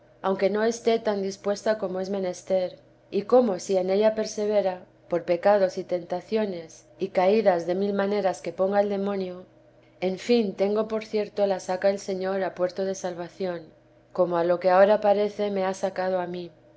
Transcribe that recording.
aunque no esté tan dispuesta como es menester y cómo si en ella persevera por pecados y tentaciones y caídas de mil maneras que ponga el demonio en fin tengo por cierto la saca el señor a puerto de salvación como a lo que ahora parece me ha sacado a mí